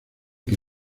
que